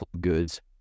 goods